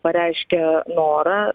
pareiškę norą